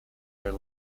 are